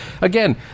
Again